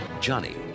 Johnny